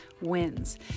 Wins